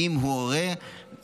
ואם הוא הורה לקטין,